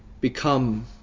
become